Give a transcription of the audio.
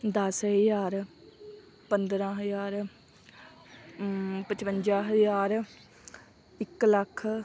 ਦਸ ਹਜ਼ਾਰ ਪੰਦਰ੍ਹਾਂ ਹਜ਼ਾਰ ਪਚਵੰਜਾ ਹਜ਼ਾਰ ਇੱਕ ਲੱਖ